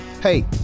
hey